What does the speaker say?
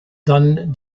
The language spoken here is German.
dann